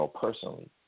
personally